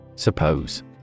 Suppose